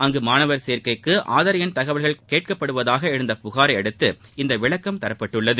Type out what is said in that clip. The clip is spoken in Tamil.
அங்கு மாணவர் சேர்க்கைக்கு ஆதார் எண் தகவல்கள் கேட்கப்படுவதாக எழுந்த புகாரை அடுத்து இந்த விளக்கம் தரப்பட்டுள்ளது